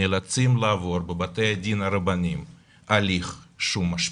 נאלצים לעבור בבתי דין הרבניים, הליך שהוא משפיל,